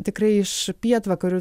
tikrai iš pietvakarių